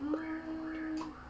mm